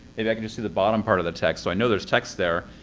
maybe i can just see the bottom part of the text. so i know there's text there.